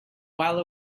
while